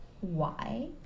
Why